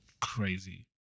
Crazy